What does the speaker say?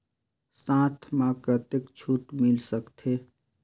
साथ म कतेक छूट मिल सकथे?